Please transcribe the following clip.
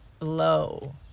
low